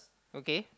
okay